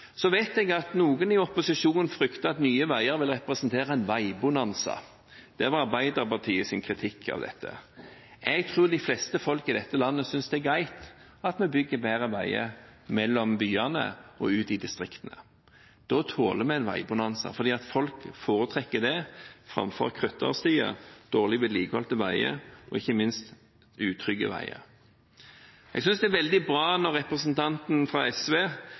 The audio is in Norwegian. vet at noen i opposisjonen frykter at Nye Veier vil representere en veibonanza. Det var Arbeiderpartiets kritikk av dette. Jeg tror folk flest i dette landet synes det er greit at vi bygger flere veier mellom byene og ut i distriktene. Da tåler vi en veibonanza, for folk foretrekker det framfor krøtterstier, dårlig vedlikeholdte veier og ikke minst utrygge veier. Jeg synes det er veldig bra at representanten fra SV